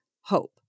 hope